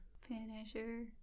Finisher